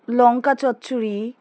লঙ্কা চচ্চড়ি